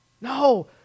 No